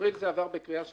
באפריל זה עבר בקריאה שלישית.